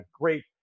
great